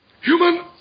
human